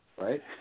right